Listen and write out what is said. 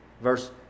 Verse